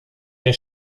der